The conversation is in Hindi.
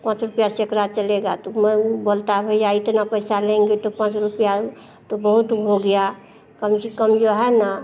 पाँच रुपया सैकड़ा चलेगा तो मन बोलता है कि भईया इतना पैसा लेंगे तो पाँच रुपया तो बहुत हो गया अब कुछ कम जो है ना